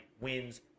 wins